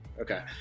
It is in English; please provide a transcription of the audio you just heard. Okay